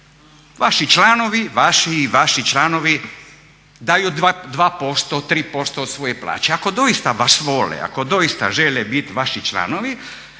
vaši članovi daju 2%, 3% od svoje plaće. Ako doista vas vole, ako doista žele biti vaši članovi